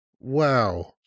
Wow